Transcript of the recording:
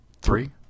Three